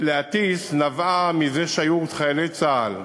להטיס נבעה מזה שהיו חיילי צה"ל,